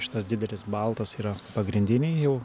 šitas didelis baltas yra pagrindiniai jau